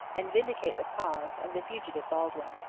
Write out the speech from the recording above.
and vindicate the cause, of the fugitive baldwin.